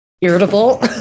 irritable